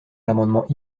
l’amendement